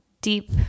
deep